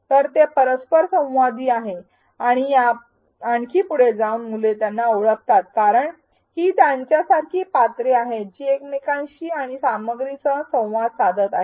तर ते परस्परसंवादी आहे आणि आणखी पुढे जाऊन मुले त्यांना ओळखतात कारण ही त्यांच्यासारखी पात्रे आहेत जी एकमेकांशी आणि सामग्रीसह संवाद साधत आहेत